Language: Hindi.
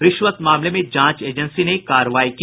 रिश्वत मामले में जांच एजेंसी ने कार्रवाई की